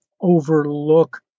overlook